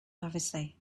obviously